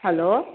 hello